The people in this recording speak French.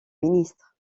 ministres